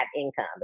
income